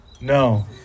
No